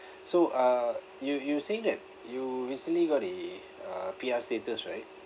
so uh you you were saying that you recently got a uh P_R status right